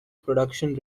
production